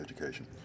education